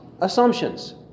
assumptions